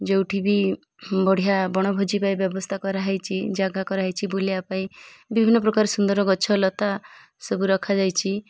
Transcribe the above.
ଯେଉଁଠି ବି ବଢ଼ିଆ ବଣଭୋଜି ପାଇଁ ବ୍ୟବସ୍ଥା କରାହେଇଛି ଜାଗା କରାହେଇଛି ବୁଲିବା ପାଇଁ ବିଭିନ୍ନ ପ୍ରକାର ସୁନ୍ଦର ଗଛ ଲତା ସବୁ ରଖାଯାଇଛି